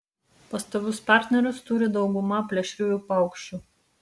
pastovius partnerius turi dauguma plėšriųjų paukščių